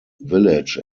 village